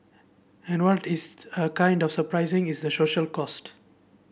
and what is a kind of surprising is the social cost